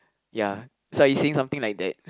ya it's like you're saying something like that